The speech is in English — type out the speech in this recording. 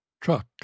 truck